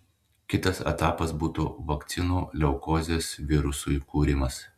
kitas etapas būtų vakcinų leukozės virusui kūrimas